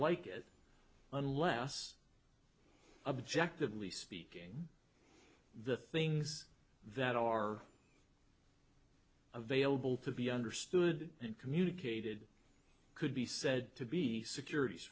like that unless objectively speaking the things that are available to be understood and communicated could be said to be securities